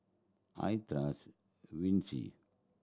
I trust Vichy